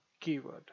keyword